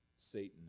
Satan